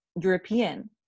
European